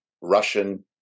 Russian